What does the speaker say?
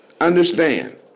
Understand